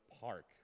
park